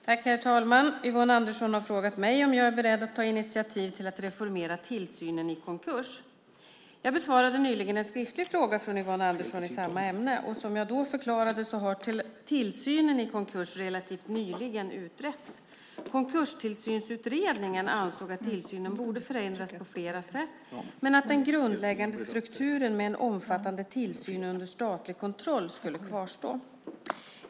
Herr talman! Yvonne Andersson har frågat mig om jag är beredd att ta initiativ till att reformera tillsynen i konkurs. Jag besvarade nyligen en skriftlig fråga från Yvonne Andersson i samma ämne. Som jag då förklarade har tillsynen i konkurs relativt nyligen utretts. Konkurstillsynsutredningen ansåg att tillsynen borde förändras på flera sätt men att den grundläggande strukturen med en omfattande tillsyn under statlig kontroll skulle kvarstå.